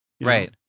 Right